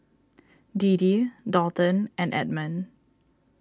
Deedee Dalton and Edmon